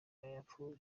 yapfuye